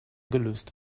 gelöst